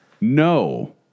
No